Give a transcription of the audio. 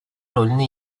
rolünü